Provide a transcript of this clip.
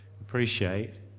appreciate